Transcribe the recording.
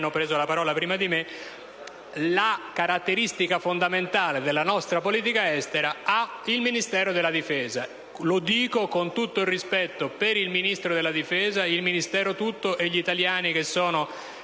la caratteristica fondamentale della nostra politica estera al Ministero della difesa. Lo sottolineo con tutto il rispetto per il Ministro della difesa, il Dicastero tutto e gli italiani che vanno